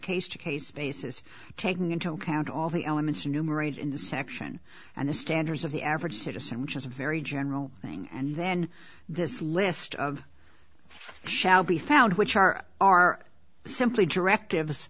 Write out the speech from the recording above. case to case basis taking into account all the elements of numerate in the section and the standards of the average citizen which is a very general thing and then this list of shall be found which are are simply directives